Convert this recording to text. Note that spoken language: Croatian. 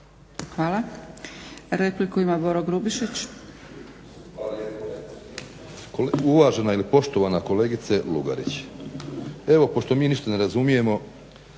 Hvala lijepo. Uvažena ili poštovana kolegice Lugarić evo pošto mi ništa ne razumijemo